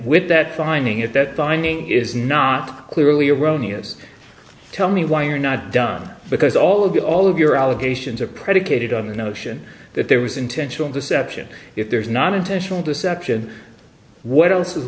with that finding if that finding is not clearly erroneous tell me why you're not done because all of you all of your allegations are predicated on the notion that there was intentional deception if there is not intentional deception what else is